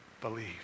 believe